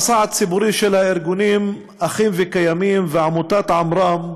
המסע הציבורי של הארגונים אחים וקיימים ועמותת עמר"ם